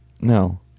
No